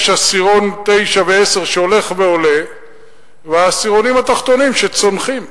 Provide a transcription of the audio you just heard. יש עשירון תשיעי ועשירי שהולך ועולה והעשירונים התחתונים שצונחים.